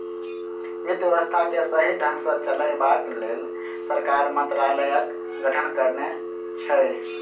वित्त व्यवस्था के सही ढंग सॅ चलयबाक लेल सरकार मंत्रालयक गठन करने छै